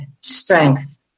strength